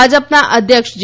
ભાજપના અધ્યક્ષ જે